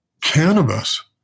cannabis